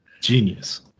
Genius